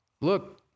Look